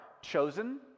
chosen